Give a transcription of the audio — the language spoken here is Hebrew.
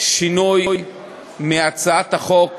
שינוי מהצעת החוק